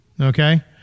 okay